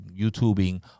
YouTubing